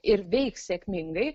ir veiks sėkmingai